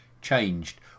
Changed